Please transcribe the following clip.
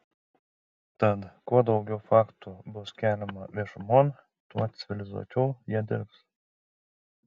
tad kuo daugiau faktų bus keliama viešumon tuo civilizuočiau jie dirbs